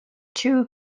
too